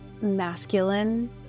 masculine